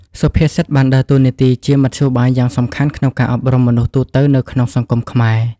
សុភាសិតបានដើរតួនាទីជាមធ្យោបាយយ៉ាងសំខាន់ក្នុងការអប់រំមនុស្សទូទៅនៅក្នុងសង្គមខ្មែរ។